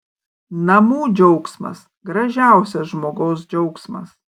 namų džiaugsmas gražiausias žmogaus džiaugsmas